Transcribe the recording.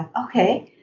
okay.